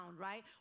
right